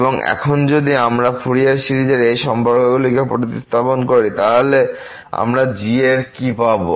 এবং এখন যদি আমরা ফুরিয়ার সিরিজে এই সম্পর্কগুলিকে প্রতিস্থাপিত করি তাহলে আমরা g এর কী পাব